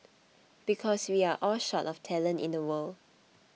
because we are all short of talent in the world